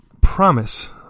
promise